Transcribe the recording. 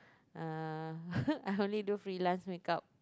uh I only do freelance make-up